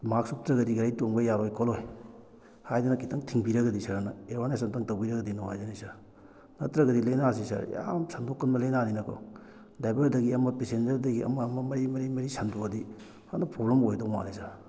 ꯃꯥꯛꯁ ꯎꯞꯇ꯭ꯔꯒꯗꯤ ꯒꯥꯔꯤ ꯇꯣꯡꯕ ꯌꯥꯔꯣꯏ ꯈꯣꯠꯂꯣꯏ ꯍꯥꯏꯗꯅ ꯈꯤꯇꯪ ꯊꯤꯡꯕꯤꯔꯒꯗꯤ ꯁꯥꯔꯅ ꯑꯦꯋꯥꯔꯅꯦꯁ ꯑꯝꯇꯪ ꯇꯧꯕꯤꯔꯒꯗꯤ ꯅꯨꯡꯉꯥꯏꯖꯒꯅꯤ ꯁꯥꯔ ꯅꯠꯇ꯭ꯔꯒꯗꯤ ꯂꯥꯏꯅꯥꯁꯤ ꯁꯥꯔ ꯌꯥꯝ ꯁꯟꯗꯣꯛꯀꯟꯕ ꯂꯥꯏꯅꯥꯅꯤꯅꯀꯣ ꯗ꯭ꯔꯥꯏꯚꯔꯗꯒꯤ ꯑꯃ ꯄꯦꯁꯦꯟꯖꯔꯗꯒꯤ ꯑꯃ ꯑꯃ ꯃꯔꯤ ꯃꯔꯤ ꯃꯔꯤ ꯁꯟꯗꯣꯛꯑꯗꯤ ꯐꯖꯅ ꯄ꯭ꯔꯣꯕ꯭ꯂꯦꯝ ꯑꯣꯏꯒꯗꯧ ꯃꯥꯜꯂꯦ ꯁꯥꯔ